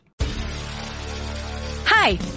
Hi